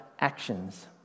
actions